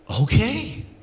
okay